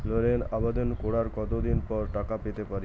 লোনের আবেদন করার কত দিন পরে টাকা পেতে পারি?